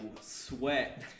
sweat